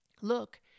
Look